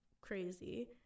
crazy